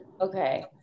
Okay